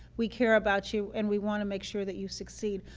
we care about you and we want to make sure that you succeed,